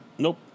Nope